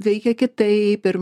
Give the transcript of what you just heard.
veikia kitaip ir